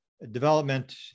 development